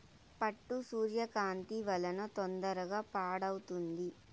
పట్టు సూర్యకాంతి వలన తొందరగా పాడవుతుంది